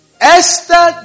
Esther